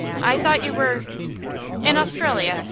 i thought you were in australia.